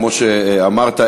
כמו שאמרת,